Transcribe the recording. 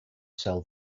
sell